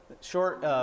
Short